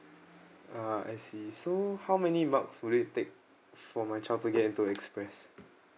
ah I see so how many marks will it take for my child to get to express